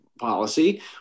policy